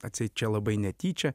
atseit čia labai netyčia